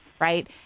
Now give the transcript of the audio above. Right